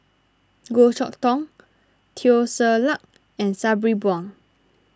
Goh Chok Tong Teo Ser Luck and Sabri Buang